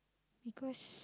because